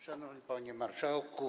Szanowny Panie Marszałku!